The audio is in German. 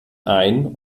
ein